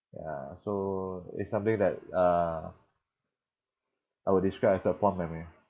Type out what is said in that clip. ya so it's something that uh I will describe as a fond memory